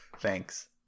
Thanks